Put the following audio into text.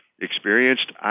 experienced